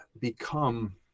become